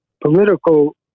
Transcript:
political